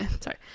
sorry